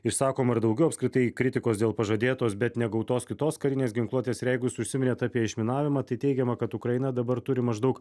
išsakoma ir daugiau apskritai kritikos dėl pažadėtos bet negautos kitos karinės ginkluotės jeigu jūs užsiminėt apie išminavimą tai teigiama kad ukraina dabar turi maždaug